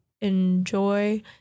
enjoy